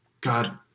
God